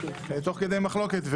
תוך כדי מחלוקת,